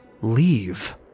leave